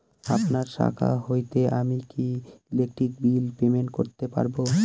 আপনার শাখা হইতে আমি কি ইলেকট্রিক বিল পেমেন্ট করতে পারব?